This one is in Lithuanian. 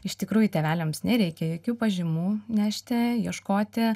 iš tikrųjų tėveliams nereikia jokių pažymų nešti ieškoti